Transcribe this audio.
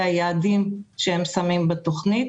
אלה היעדים שהם שמים בתכנית.